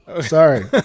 Sorry